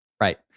right